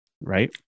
right